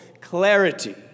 clarity